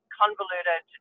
convoluted